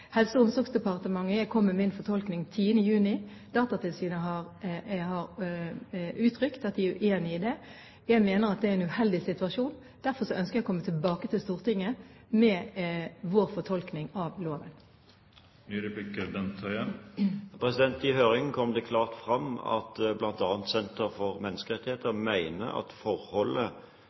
med min fortolkning 10. juni. Datatilsynet har uttrykt at de er uenig i den. Jeg mener at det er en uheldig situasjon. Derfor ønsker jeg å komme tilbake til Stortinget med vår fortolkning av loven. I høringen kom det klart fram at bl.a. Norsk senter for menneskerettigheter mener at forholdet